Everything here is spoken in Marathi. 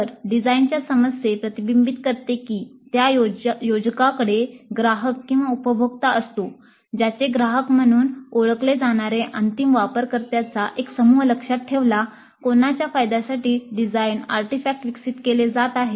तर डिझाइनच्या समस्येस प्रतिबिंबित करते की त्या योजकाकडे ग्राहक किंवा उपभोक्ता असतो ज्याने ग्राहक म्हणून ओळखले जाणारे अंतिम वापरकर्त्यांचा एक समूह लक्षात ठेवला कोणाच्या फायद्यासाठी डिझाईन आर्टिफॅक्ट विकसित केले जात आहे